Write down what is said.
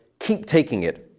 keep taking it,